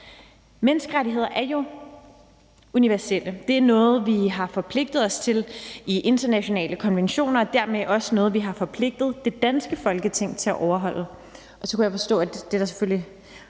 Menneskerettighederne er jo universelle, det er noget, vi har forpligtet os til i internationale konventioner, og dermed også noget, vi har forpligtet det danske Folketing til at overholde, og så kunne jeg forstå, at der selvfølgelig